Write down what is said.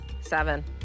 seven